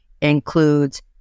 includes